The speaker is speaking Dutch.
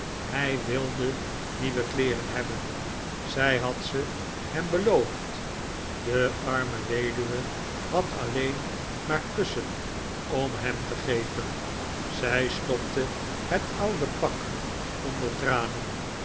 hij wilde nieuwe kleeren hebben zij had ze hem beloofd de arme weduwe had alleen maar kussen om hem te geven zij stopte het oude pak onder tranen